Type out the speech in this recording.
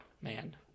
Man